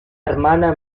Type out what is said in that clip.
hermana